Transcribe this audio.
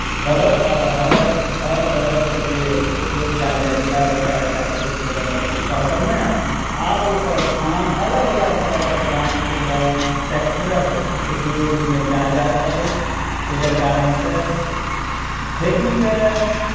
बरद आओर हरक हर बरदके जे उपयोग कयल जाइत छलै बड़का बड़का खेतसँ लऽ के छोटका सभमे आब ओकर स्थान अलग अलग तरहके ब्राण्डके ट्रैक्टरक उपयोग ओहिमे कयल जा रहल अछि जकर कारणसँ खेतीके